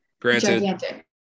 Granted